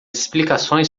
explicações